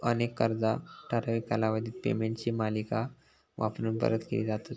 अनेक कर्जा ठराविक कालावधीत पेमेंटची मालिका वापरून परत केली जातत